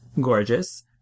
Gorgeous